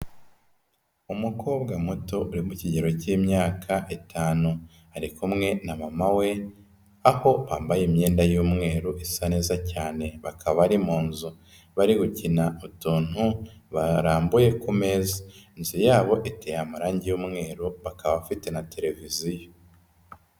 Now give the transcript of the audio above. Umukobwa muto uri mu kigero cy'imyaka itanu, ari kumwe na mama we aho bambaye imyenda y'umweru isa neza cyane, bakaba bari bari mu nzu bari gukina atuntu barambuye ku meza, inzu yabo iteye amarange y'umweru bakaba bafite na televiziyo.